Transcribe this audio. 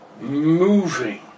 moving